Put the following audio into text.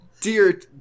Dear